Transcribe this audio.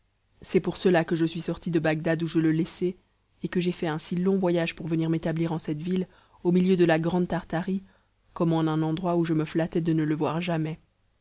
c'est pour cela que je suis sorti de bagdad où je le laissai et que j'ai fait un si long voyage pour venir m'établir en cette ville au milieu de la grande tartarie comme en un endroit où je me flattais de ne le voir jamais